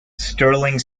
sterling